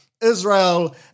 Israel